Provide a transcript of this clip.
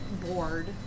bored